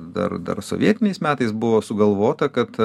dar dar sovietiniais metais buvo sugalvota kad